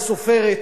הסופרת,